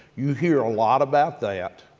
you hear a lot about that,